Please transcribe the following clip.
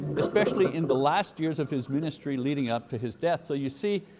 especially in the last years of his ministry leading up to his death. so you see,